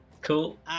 cool